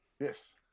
Yes